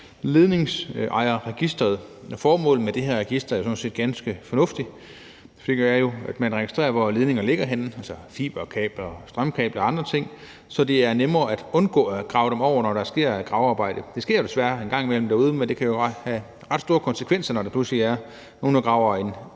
Ledningsejerregistret. Formålet med det her register er jo sådan set ganske fornuftigt, nemlig at man registrerer, hvor ledningerne ligger henne, altså fiberkabler og strømkabler og andre ting, så det er nemmere at undgå at grave dem over, når der sker gravearbejde. Det sker desværre en gang imellem derude, men det kan jo have ret store konsekvenser, når der pludselig er nogen, der graver en